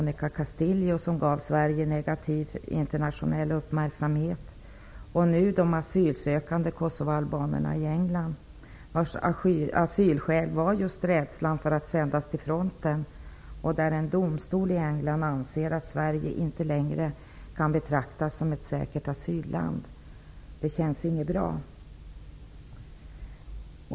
Till detta kommer fallet med de i England asylsökande kosovaalbanerna, som angivit som asylskäl rädsla för att sändas till fronten. En domstol i England ansåg i det sammanhanget att Sverige inte längre kan betraktas som ett säkert asylland. Det känns inte bra.